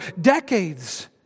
decades